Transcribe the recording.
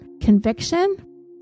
conviction